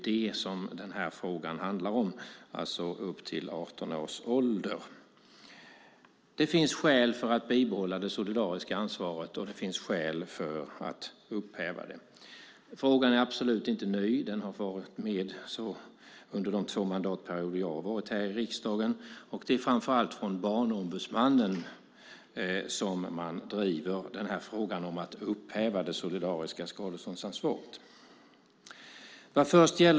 Det handlar här om unga upp till 18 års ålder. Det finns skäl för att behålla det solidariska ansvaret. Det finns också skäl för att upphäva det. Frågan är absolut inte ny, utan den har funnits med under de två mandatperioder jag suttit i riksdagen. Det är framför allt från Barnombudsmannen som man driver frågan om att upphäva det solidariska skadeståndsansvaret.